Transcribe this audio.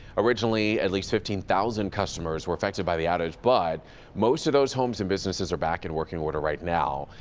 originally, at least fifteen thousand customers were affected by the outage. but most of the homes and businesses are back in working order right now.